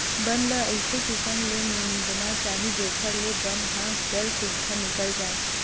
बन ल अइसे किसम ले निंदना चाही जेखर ले बन ह जर सुद्धा निकल जाए